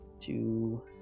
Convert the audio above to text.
two